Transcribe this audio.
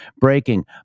breaking